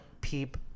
peep